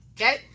Okay